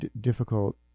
difficult